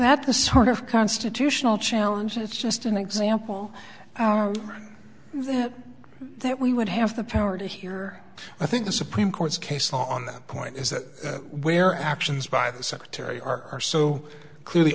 that the sort of constitutional challenge and it's just an example that that we would have the power to hear i think the supreme court's case on that point is that where actions by the secretary are so clearly